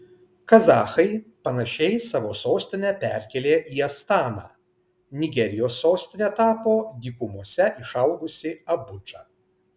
kazachai panašiai savo sostinę perkėlė į astaną nigerijos sostine tapo dykumose išaugusi abudža